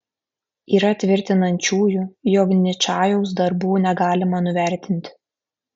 yra tvirtinančiųjų jog ničajaus darbų negalima nuvertinti